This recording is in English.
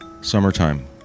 summertime